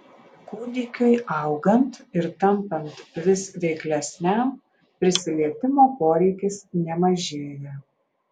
kūdikiui augant ir tampant vis veiklesniam prisilietimo poreikis nemažėja